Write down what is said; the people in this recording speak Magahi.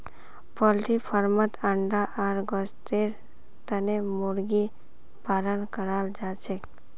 पोल्ट्री फार्मत अंडा आर गोस्तेर तने मुर्गी पालन कराल जाछेक